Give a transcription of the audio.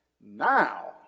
Now